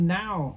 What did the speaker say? now